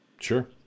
Sure